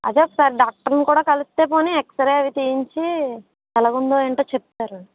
అదే ఒకసారి డాక్టర్ని కూడా కలిస్తే పోనీ ఎక్స్రే అవి తీయించి ఎలాగుందో ఏంటో చెప్తారు